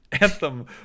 Anthem